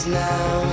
now